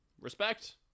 Respect